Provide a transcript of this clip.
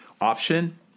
option